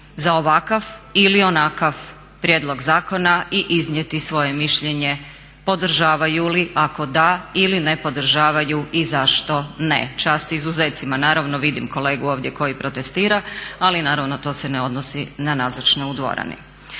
za ovakav ili onakav prijedlog zakona i iznijeti svoje mišljenje podržavaju li ako da ili ne podržavaju i zašto ne. Čast izuzecima naravno, vidim kolegu ovdje koji protestira, ali naravno to se ne odnosi na nazočne u dvorani.